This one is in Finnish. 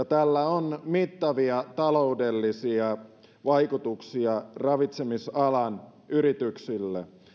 tällä on mittavia taloudellisia vaikutuksia ravitsemisalan yrityksille